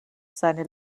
seine